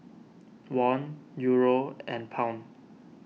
Won Euro and Pound